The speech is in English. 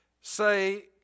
say